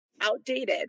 outdated